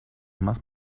más